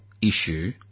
issue